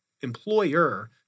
employer